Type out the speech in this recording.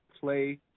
play